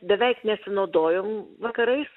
beveik nesinaudojom vakarais